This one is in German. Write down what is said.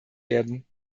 werden